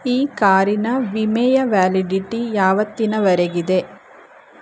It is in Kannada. ಈ ಕಾರಿನ ವಿಮೆಯ ವ್ಯಾಲಿಡಿಟಿ ಯಾವತ್ತಿನವರೆಗಿದೆ